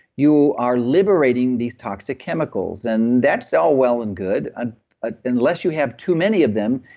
you are liberating these toxic chemicals. and that's all well and good ah ah unless you have too many of them,